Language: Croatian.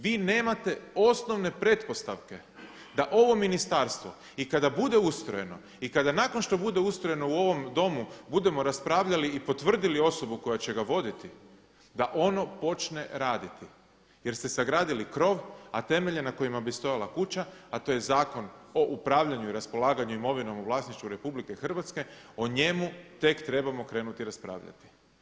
Vi nemate osnovne pretpostavke da ovo ministarstvo i kada bude ustrojeno i kada nakon što bude ustrojeno u ovom Domu budemo raspravljali i potvrdili osobu koja će ga voditi, da ono počne raditi jer ste sagradili krov, a temelje na kojima bi stajala kuća, a to je Zakon o upravljanju i raspolaganju imovinom u vlasništvu RH o njemu tek trebamo krenuti raspravljati.